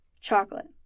chocolate